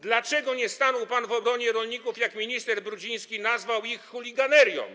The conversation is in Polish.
Dlaczego nie stanął pan w obronie rolników, gdy minister Brudziński nazwał ich chuliganerią?